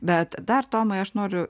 bet dar tomai aš noriu